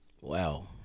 Wow